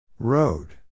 Road